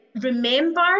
remember